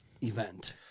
event